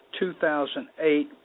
2008